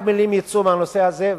רק מלים יצאו מהנושא הזה,